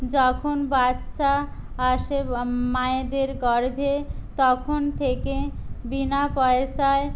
যখন বাচ্চা আসে মায়েদের গর্ভে তখন থেকে বিনা পয়সায়